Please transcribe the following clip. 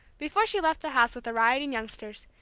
before she left the house with the rioting youngsters,